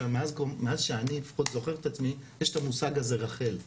מאז שאני לפחות זוכר את עצמי יש את המושג הזה רח"ל.